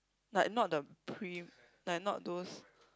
like not the pre~ like not those